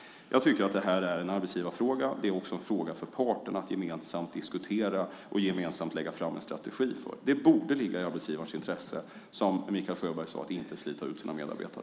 Jag tycker att det här är en arbetsgivarfråga. Det är också en fråga för parterna att gemensamt diskutera och gemensamt lägga fram en strategi för. Det borde ligga i arbetsgivarens intresse, som Mikael Sjöberg sade, att inte slita ut sina medarbetare.